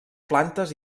plantes